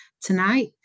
tonight